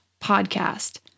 podcast